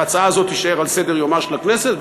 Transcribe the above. וההצעה הזאת תישאר על סדר-יומה של הכנסת,